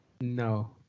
No